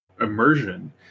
immersion